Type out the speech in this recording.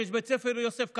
יש בית ספר יסודי,